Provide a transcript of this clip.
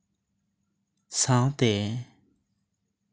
ᱥᱟᱶᱛᱮ